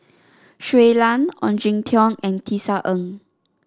Shui Lan Ong Jin Teong and Tisa Ng